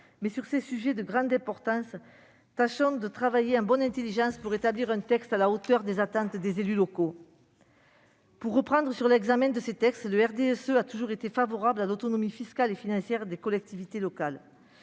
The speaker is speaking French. mais, sur ces sujets de grande importance, tâchons de travailler en bonne intelligence pour établir un texte à la hauteur des attentes des élus locaux. Pour en revenir aux textes que nous examinons, je rappelle que le RDSE a toujours été favorable à l'autonomie fiscale et financière des collectivités locales,